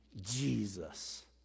jesus